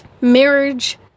marriage